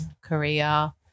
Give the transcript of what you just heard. Korea